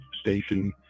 station